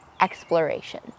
exploration